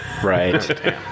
Right